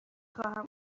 خواهم